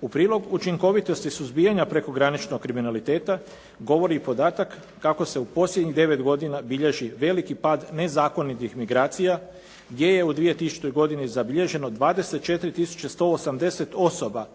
U prilog učinkovitosti suzbijanja prekograničnog kriminaliteta govori i podatak kako se u posljednjih devet godina bilježi veliki pad nezakonitih migracija gdje je u 2000. godini zabilježeno 24 180 osoba